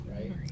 right